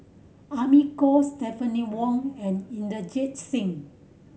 Amy Khor Stephanie Wong and Inderjit Singh